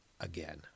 again